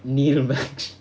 neil max